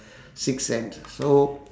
six sense ah so